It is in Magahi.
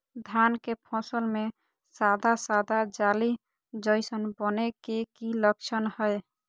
धान के फसल में सादा सादा जाली जईसन बने के कि लक्षण हय?